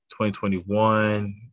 2021